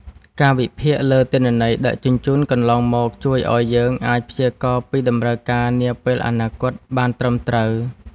ការវិភាគលើទិន្នន័យដឹកជញ្ជូនកន្លងមកជួយឱ្យយើងអាចព្យាករណ៍ពីតម្រូវការនាពេលអនាគតបានត្រឹមត្រូវ។